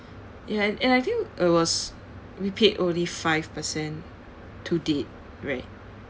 and I and I think it was we paid only five percent to date right